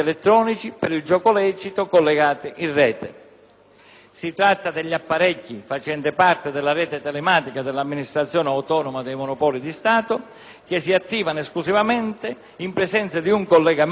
Si tratta degli apparecchi facenti parte della rete telematica dell'Amministrazione autonoma dei monopoli di Stato, che si attivano esclusivamente in presenza di un collegamento ad un sistema di elaborazione della rete stessa.